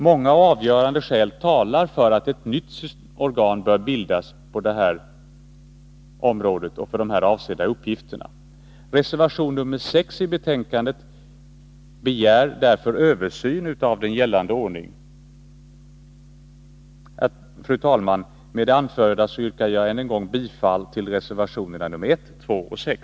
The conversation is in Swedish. Många och avgörande skäl talar för att ett nytt organ bör bildas för de här avsedda uppgifterna. I reservation nr 6 till betänkandet begärs därför en översyn av gällande ordning. Fru talman! Med det anförda yrkar jag än en gång bifall till reservationerna nr 1, 2 och 6.